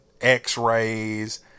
x-rays